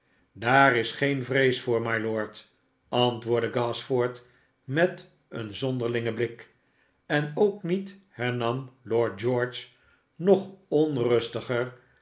daar is geene vrees voor mylord antwoordde gashford met een zonderlingen blik en ook met hernam lord george nog onrustiger